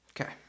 Okay